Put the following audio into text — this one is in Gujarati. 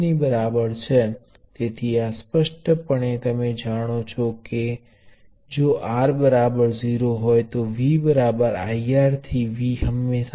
અને જો તમારી પાસે પ્રવાહ સ્ત્રોત નું સમાંતર જોડાણ છે તો પરિણામ પણ પ્રવાહ સ્ત્રોત છે જેનું મૂલ્ય વ્યક્તિગત પ્ર્વાહ સ્રોતોનો સરવાળો છે